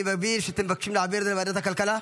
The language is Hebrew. אני מבין שאתם מבקשים להעביר את זה לוועדת הכלכלה?